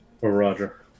Roger